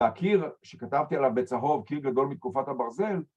הקיר שכתבתי עליו בצהוב, קיר גדול מתקופת הברזל